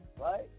right